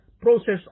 process